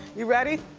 you ready?